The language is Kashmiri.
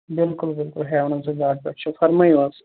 بِلکُل بِلکُل ہٮ۪وَنٕز رِازٹ پٮ۪ٹھ چھُ فرمٲیِو حظ